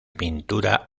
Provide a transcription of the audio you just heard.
pintura